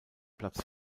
platz